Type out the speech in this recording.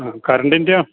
ആ കറണ്ടിൻ്റെയോ